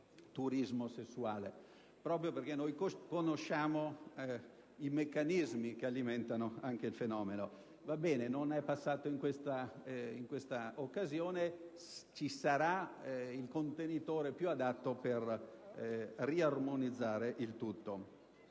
turismo sessuale, proprio perché conosciamo i meccanismi che alimentano il fenomeno. Non è passato in questa occasione: ci sarà il contenitore più adatto per riarmonizzare il tutto.